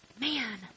Man